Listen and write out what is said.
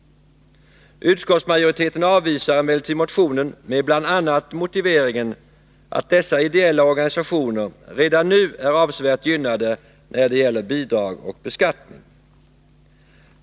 Utskottsmajoriteten avvisar emellertid motionen med bl.a. motiveringen att dessa ideella organisationer redan nu är avsevärt gynnade när det gäller bidrag och beskattning.